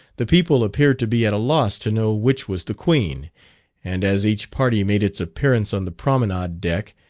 the people appeared to be at a loss to know which was the queen and as each party made its appearance on the promenade deck,